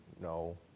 No